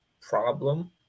Problem